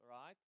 right